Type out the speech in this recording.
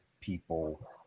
people